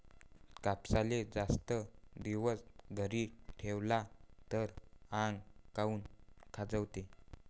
कापसाले जास्त दिवस घरी ठेवला त आंग काऊन खाजवते?